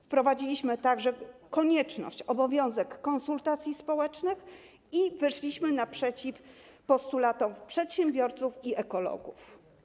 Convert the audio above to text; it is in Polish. Wprowadziliśmy także obowiązek prowadzenia konsultacji społecznych i wyszliśmy naprzeciw postulatom przedsiębiorców i ekologów.